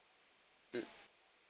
mm